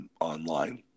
online